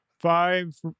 Five